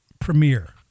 premiere